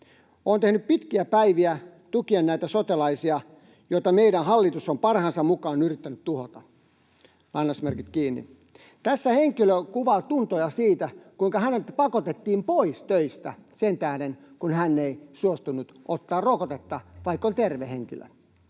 Olen tehnyt pitkiä päiviä tukien näitä sotelaisia, joita meidän hallitus on parhaansa mukaan yrittänyt tuhota.” Tässä henkilö kuvaa tuntoja siitä, kuinka hänet pakotettiin pois töistä sen tähden, kun hän ei suostunut ottamaan rokotetta, vaikka on terve henkilö.